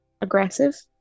aggressive